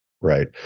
right